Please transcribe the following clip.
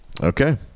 Okay